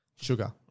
sugar